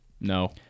No